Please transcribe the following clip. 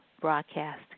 broadcast